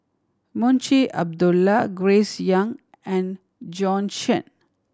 Munshi Abdullah Grace Young and Bjorn Shen